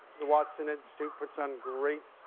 the watson institute puts on great